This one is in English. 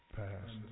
past